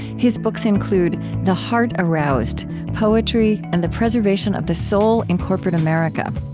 his books include the heart aroused poetry and the preservation of the soul in corporate america,